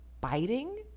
biting